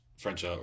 French